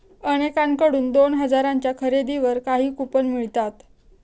अनेकांकडून दोन हजारांच्या खरेदीवर काही कूपन मिळतात